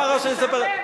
זה משעמם.